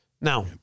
Now